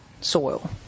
soil